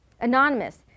Anonymous